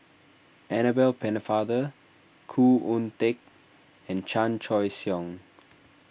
Annabel Pennefather Khoo Oon Teik and Chan Choy Siong